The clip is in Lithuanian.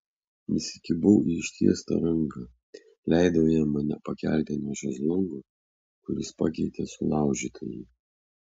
įsikibau į ištiestą ranką leidau jam mane pakelti nuo šezlongo kuris pakeitė sulaužytąjį